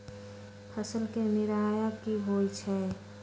फसल के निराया की होइ छई?